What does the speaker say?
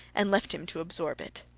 and left him to absorb it.